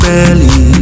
Belly